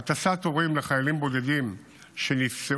הטסת הורים לחיילים בודדים שנפצעו,